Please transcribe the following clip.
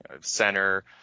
center